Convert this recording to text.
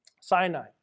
Sinai